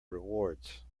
rewards